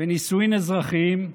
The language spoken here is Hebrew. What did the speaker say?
ונישואים אזרחיים,